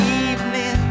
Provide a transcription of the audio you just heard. evening